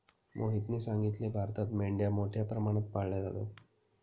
मोहितने सांगितले, भारतात मेंढ्या मोठ्या प्रमाणात पाळल्या जातात